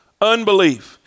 unbelief